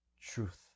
truth